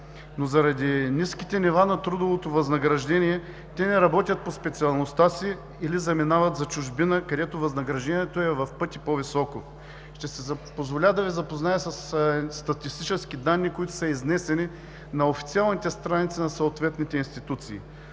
но заради ниските нива на трудовото възнаграждение те не работят по специалността си или заминават за чужбина, където възнаграждението е в пъти по-високо. Ще си позволя да Ви запозная с едни статистически данни, които са изнесени на официалните страници на съответните институции.